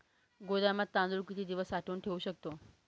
गोदामात तांदूळ किती दिवस साठवून ठेवू शकतो?